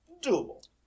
Doable